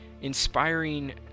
inspiring